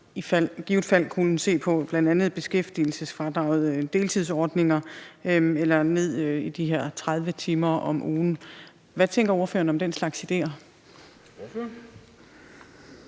i givet fald kunne se på, bl.a. beskæftigelsesfradraget, deltidsordninger eller de her 30 timer om ugen. Hvad tænker ordføreren om den slags ideer?